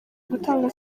gutanga